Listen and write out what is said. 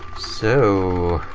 so.